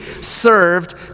served